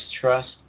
trust